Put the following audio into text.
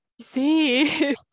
see